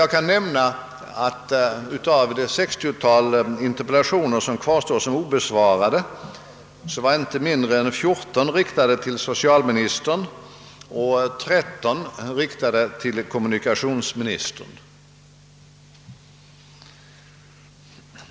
Jag kan nämna att av det sextiotal interpellationer som kvarstår obesvarade har inte mindre än 14 riktats till socialministern och 13 till kommunikationsministern.